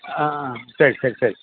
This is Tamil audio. ஆ சரி சரி சரி